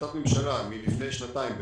החלטת ממשלה מלפני שנתיים בערך,